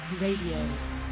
Radio